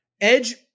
Edge